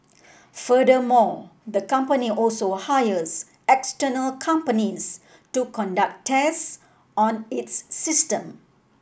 furthermore the company also hires external companies to conduct tests on its system